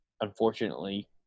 Unfortunately